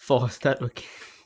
forced hardworking